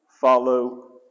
follow